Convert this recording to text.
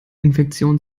infektionen